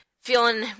feeling